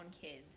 kids